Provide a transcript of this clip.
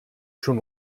schon